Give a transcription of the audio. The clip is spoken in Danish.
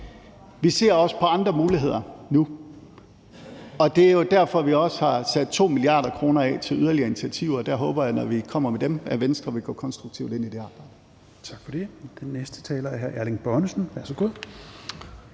Vi ser også på andre muligheder nu, og det er jo derfor, at vi også har sat 2 mia. kr. af til yderligere initiativer, og jeg håber, at Venstre, når vi kommer med dem, vil gå konstruktivt ind i det arbejde.